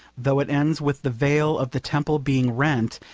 though it ends with the veil of the temple being rent,